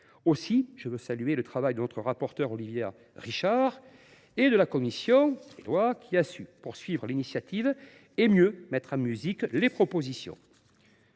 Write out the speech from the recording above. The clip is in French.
Aussi, je veux saluer le travail de notre rapporteure Olivia Richard et de la commission des lois qui permet de poursuivre l’initiative et de mieux mettre en musique ces propositions.